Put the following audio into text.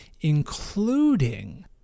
including